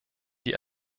die